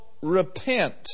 repent